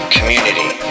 Community